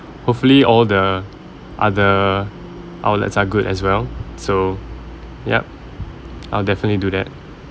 hopefully all the other outlets are good as well so yup I'll definitely do that